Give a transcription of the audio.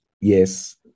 Yes